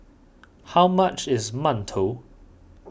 how much is Mantou